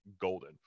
golden